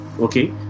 Okay